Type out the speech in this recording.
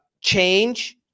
Change